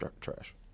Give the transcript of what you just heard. trash